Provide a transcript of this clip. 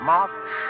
March